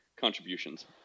contributions